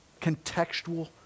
contextual